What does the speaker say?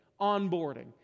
onboarding